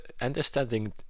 understanding